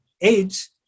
AIDS